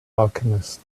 alchemist